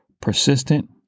persistent